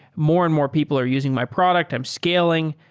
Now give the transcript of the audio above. more and more people are using my product. i'm scaling.